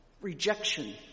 rejection